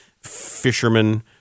fisherman